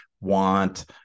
want